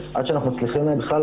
מ-2018,